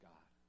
God